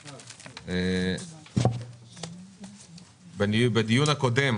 שנייה, בדיון הקודם